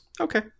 Okay